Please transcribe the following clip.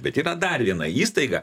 bet yra dar viena įstaiga